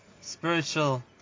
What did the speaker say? spiritual